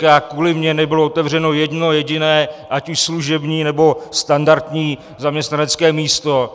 Kvůli mně nebylo otevřeno jedno jediné ať už služební, nebo standardní zaměstnanecké místo.